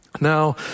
Now